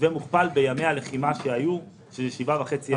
ומוכפל בימי הלחימה שהיו, שבעה וחצי ימים.